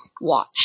watch